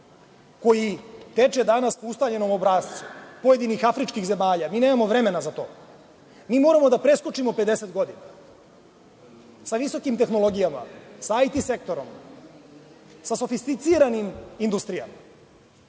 koji teče danas po ustaljenom obrascu pojedinih afričkih zemalja. Mi nemamo vremena za to. Mi moramo da preskočimo 50 godina sa visokim tehnologijama, sa IT sektorom, sa sofisticiranim industrijama.